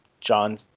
John